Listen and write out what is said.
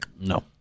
No